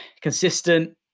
consistent